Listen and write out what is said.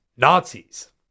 Nazis